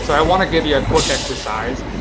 so i want to give you a quick exercise.